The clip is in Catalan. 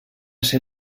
ser